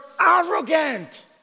arrogant